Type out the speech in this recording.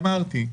אפרת,